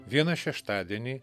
vieną šeštadienį